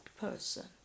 person